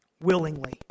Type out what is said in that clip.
willingly